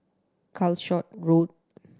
Calshot Road